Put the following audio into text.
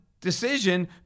decision